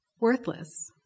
Worthless